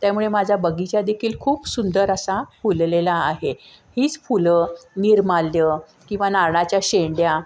त्यामुळे माझ्या बगीचादेखील खूप सुंदर असा फुललेला आहे हीच फुलं निर्माल्य किंवा नारळाच्या शेंड्या